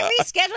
reschedule